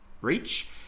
Reach